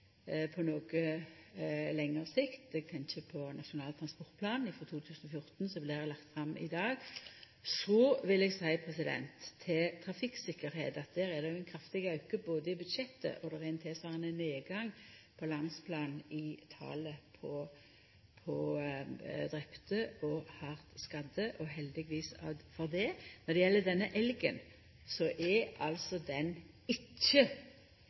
på noko lengre sikt. Eg tenkjer på Nasjonal transportplan frå 2014, som blir lagd fram i dag. Til trafikktryggleik vil eg seia: Der er det ein kraftig auke i budsjettet, og på landsplan er det ein tilsvarande nedgang i talet på drepne og hardt skadde – og heldigvis for det. Når det gjeld denne elgen, så er han altså ikkje finansiert enno, nettopp fordi ein søkjer eksterne bidrag og ikkje